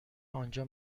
آنجا